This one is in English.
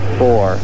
four